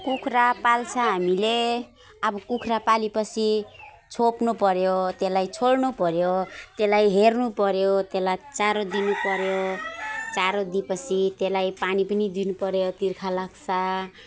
कुखुरा पाल्छ हामीले अब कुखुरा पाले पछि छोप्नु पर्यो त्यसलाई छोड्नु पर्यो हेर्नु पर्यो त्यसलाई चारो दिनु पर्यो चारो दिए पछि त्यसलाई पानी पनि दिनु पर्यो तिर्खा लाग्छ